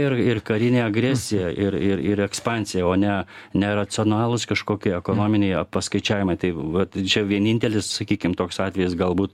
ir ir karinė agresija ir ir ir ekspansija o ne ne racionalūs kažkokie ekonominiai paskaičiavimai tai vat čia vienintelis sakykim toks atvejis galbūt